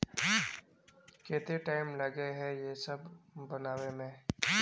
केते टाइम लगे है ये सब बनावे में?